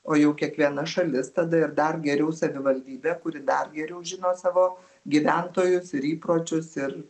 o jau kiekviena šalis tada ir dar geriau savivaldybė kuri dar geriau žino savo gyventojus ir įpročius ir